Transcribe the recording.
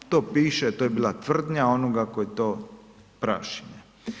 To piše, to je bila tvrdnja onoga tko je to prašio.